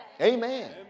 Amen